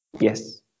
Yes